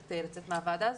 שחייבת לצאת מהוועדה הזו,